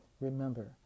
Remember